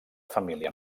família